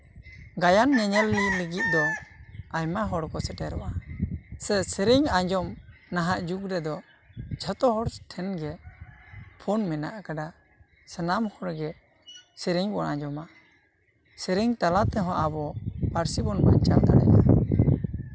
ᱜᱟᱭᱟᱱ ᱧᱮᱧᱮᱞᱤᱭᱟᱹ ᱞᱟᱹᱜᱤᱫ ᱫᱚ ᱟᱭᱢᱟ ᱦᱚᱲᱠᱚ ᱥᱮᱴᱮᱨᱚᱜᱼᱟ ᱥᱮ ᱥᱮᱨᱮᱧ ᱟᱸᱡᱚᱢ ᱱᱟᱦᱟᱜ ᱡᱩᱜᱽ ᱨᱮᱫᱚ ᱡᱷᱚᱛᱚ ᱦᱚᱲ ᱴᱷᱮᱱᱜᱮ ᱯᱷᱳᱱ ᱢᱮᱱᱟᱜ ᱠᱟᱫᱟ ᱥᱟᱱᱟᱢ ᱦᱚᱲᱜᱮ ᱥᱮᱨᱮᱧ ᱵᱚᱱ ᱟᱸᱡᱚᱢᱟ ᱥᱮᱨᱮᱧ ᱛᱟᱞᱟ ᱛᱮᱦᱚᱸ ᱟᱵᱚ ᱯᱟᱹᱨᱥᱤ ᱵᱚᱱ ᱵᱟᱧᱪᱟᱣ ᱫᱟᱲᱮᱭᱟᱜᱼᱟ